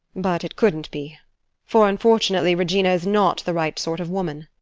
but it couldn't be for unfortunately regina is not the right sort of woman.